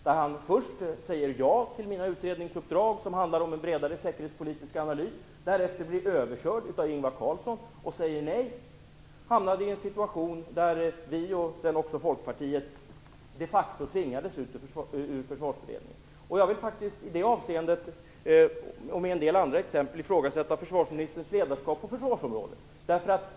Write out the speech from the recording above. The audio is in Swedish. Han säger först ja till mitt förslag till utredningsuppdrag att göra en bredare säkerhetspolitisk analys. Därefter blir han överkörd av Ingvar Carlsson och säger nej. Vi hamnade i en situation där Moderaterna och sedan också Folkpartiet de facto tvingades ut ur Försvarsberedningen. Jag vill i det avseendet och med en del andra exempel ifrågasätta försvarsministerns ledarskap på försvarsområdet.